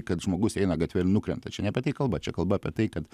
kad žmogus eina gatve nukrenta čia ne apie tai kalba čia kalba apie tai kad